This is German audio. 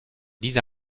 diese